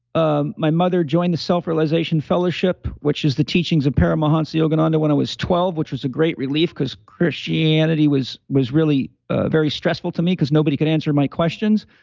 um my mother joined the self realization fellowship, which is the teachings of paramahansa yogananda when i was twelve, which was a great relief because christianity was was really very stressful to me because nobody could answer my questions.